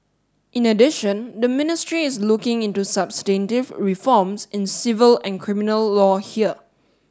in addition the ministry is looking into substantive reforms in civil and criminal law here